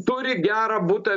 turi gerą butą